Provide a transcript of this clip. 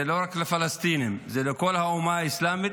זה לא רק לפלסטינים, זה לכל האומה האסלאמית.